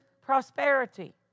prosperity